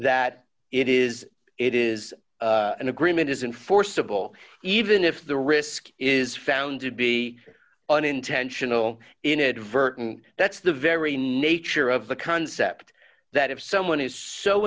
that it is it is an agreement isn't forcible even if the risk is found to be unintentional inadvertent that's the very nature of the concept that if someone is so